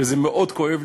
למשל,